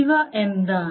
ഇവ എന്താണ്